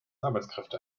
arbeitskräfte